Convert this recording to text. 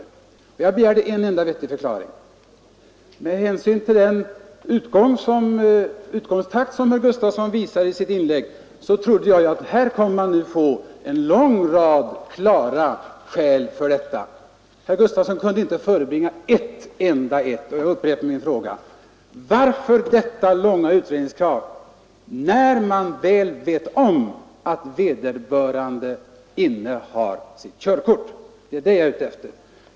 Jag begärde en enda vettig förklaring härtill. Med hänsyn till den utgångstakt som herr Gustafson visade i sitt inlägg trodde jag att man skulle få en lång rad klara skäl för detta. Men herr Gustafson kunde inte förebringa ett enda. Jag upprepar därför min fråga: Varför framställs utredningskravet, fastän man väl vet att vederbörande bilförare innehar körkort?